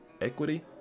Equity